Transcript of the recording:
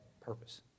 Purpose